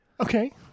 Okay